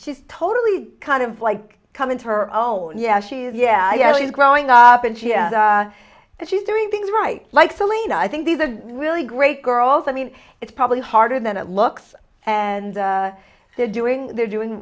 she's totally kind of like come into her own yeah she is yeah he's growing up and she and she's doing things right like selena i think he's a really great girls i mean it's probably harder than it looks and they're doing they're doing